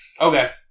Okay